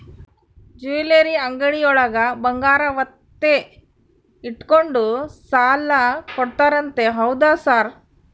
Jewellery ಅಂಗಡಿಯೊಳಗ ಬಂಗಾರ ಒತ್ತೆ ಇಟ್ಕೊಂಡು ಸಾಲ ಕೊಡ್ತಾರಂತೆ ಹೌದಾ ಸರ್?